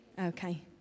Okay